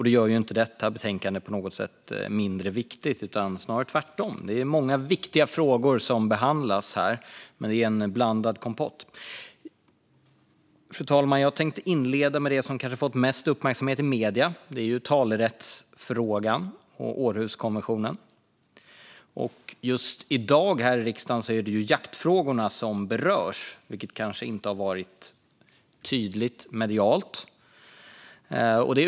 Det gör inte detta betänkande på något sätt mindre viktigt, snarare tvärtom. Det är många viktiga frågor som behandlas i betänkandet. Men det är en blandad kompott. Fru talman! Jag tänkte inleda med det som kanske har fått mest uppmärksamhet i medierna. Det är talerättsfrågan och Århuskonventionen. Just i dag är det jaktfrågorna som berörs här i riksdagen, vilket kanske inte har varit tydligt medialt.